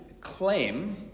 claim